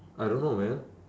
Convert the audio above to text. I don't know man